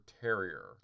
Terrier